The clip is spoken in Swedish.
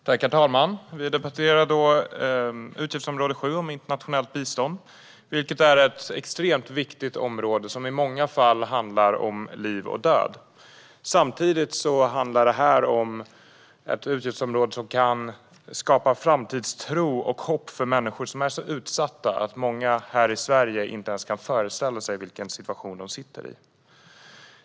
Herr talman! Vi debatterar utgiftsområde 7 Internationellt bistånd, vilket är ett extremt viktigt område som i många fall handlar om liv eller död. Samtidigt är det ett utgiftsområde som kan skapa framtidstro och hopp för människor som är så utsatta att många här i Sverige inte ens kan föreställa sig det.